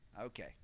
Okay